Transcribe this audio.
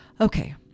Okay